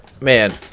Man